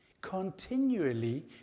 continually